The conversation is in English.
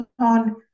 on